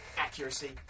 Accuracy